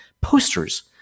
posters